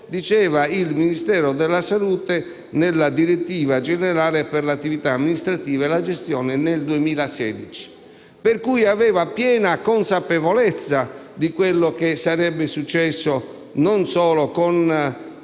detto il Ministero della salute nella direttiva generale per l'attività amministrativa e la gestione nel 2016. Il Ministero, pertanto, aveva piena consapevolezza di quello che sarebbe successo non solo